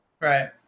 Right